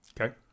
Okay